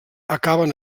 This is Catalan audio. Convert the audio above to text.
acaben